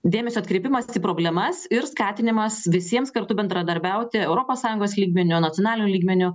dėmesio atkreipimas į problemas ir skatinimas visiems kartu bendradarbiauti europos sąjungos lygmeniu nacionaliniu lygmeniu